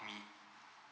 me